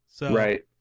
Right